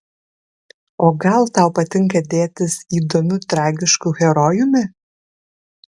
o gal tau patinka dėtis įdomiu tragišku herojumi